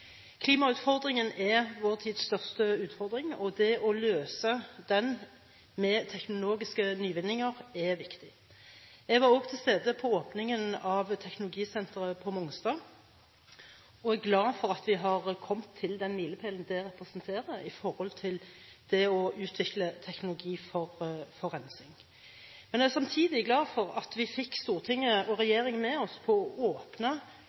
Klimautfordringen er vår tids største utfordring, og det å løse den med teknologiske nyvinninger er viktig. Jeg var også til stede ved åpningen av Teknologisenteret på Mongstad og er glad for at vi har kommet til den milepælen det representerer, med tanke på å utvikle teknologi for rensing. Men jeg er samtidig glad for at vi fikk Stortinget og regjeringen med oss på å åpne